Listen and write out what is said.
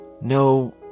No